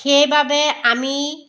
সেইবাবে আমি